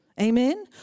Amen